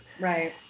Right